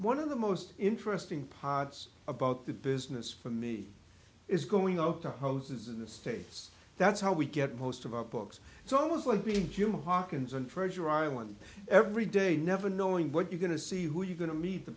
one of the most interesting parts about the business for me is going out to hoess in the states that's how we get most of our books it's almost like being human hawkins and treasure island every day never knowing what you're going to see who you going to meet the